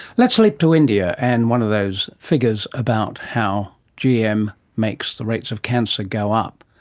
let's leap to india and one of those figures about how gm makes the rates of cancer go up,